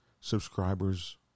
subscribers